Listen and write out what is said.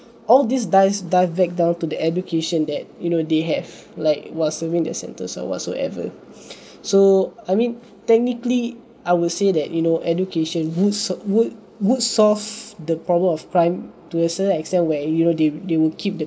all these dive dives back down to the education that you know they have like while serving their centres or whatsoever so I mean technically I will say that you know education would would would solve the problem of crime to a certain extent where you know they they will keep the